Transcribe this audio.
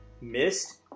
missed